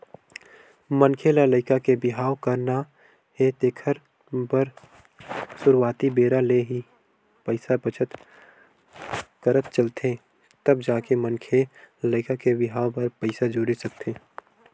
मनखे ल लइका के बिहाव करना हे तेखर बर सुरुवाती बेरा ले ही पइसा बचत करत चलथे तब जाके मनखे लइका के बिहाव बर पइसा जोरे सकथे